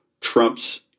Trump's